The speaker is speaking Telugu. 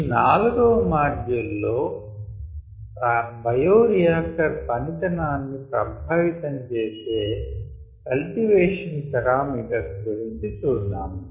ఈ 4 వ మాడ్యూల్ లో బయోరియాక్టర్ పనితనాన్ని ప్రభావితం చేసే కల్టివేషన్ పారామీటర్స్ గురించి చూద్దాము